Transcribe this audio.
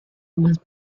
must